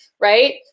right